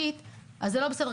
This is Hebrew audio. אז זה לא בסדר.